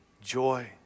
joy